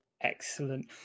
Excellent